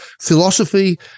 philosophy